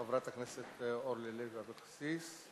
חברת הכנסת אורלי לוי אבקסיס,